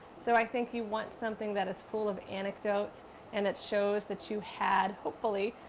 so, i think you want something that is full of anecdotes and it shows that you had, hopefully,